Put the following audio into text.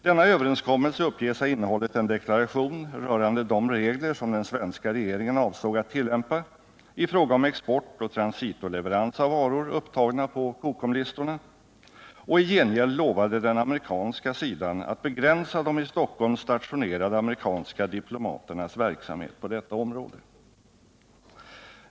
Denna överenskommelse uppges ha innehållit en deklaration rörande de regler som den svenska regeringen avsåg att tillämpa i fråga om export och transitoleverans av varor upptagna på Cocomlistorna, och i gengäld lovade den amerikanska sidan att begränsa de i Stockholm stationerade amerikanska diplomaternas verksamhet på detta område.